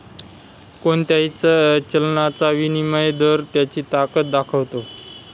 कोणत्याही चलनाचा विनिमय दर त्याची ताकद दाखवतो